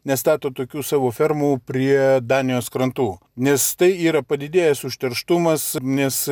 nestato tokių savo fermų prie danijos krantų nes tai yra padidėjęs užterštumas nes